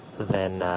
then